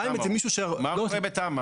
מה קורה בתמ"א?